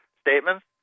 statements